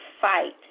fight